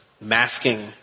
masking